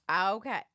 Okay